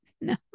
No